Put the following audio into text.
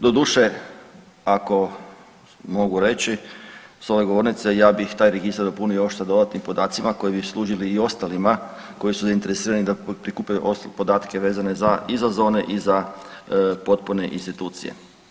Doduše ako mogu reći s ove govornice ja bih taj registar dopunio još sa dodatnim podacima koji bi služili i ostalima koji su zainteresirani da prikupe podatke vezane za i za zone i za potporne institucije.